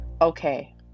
okay